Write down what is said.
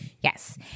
Yes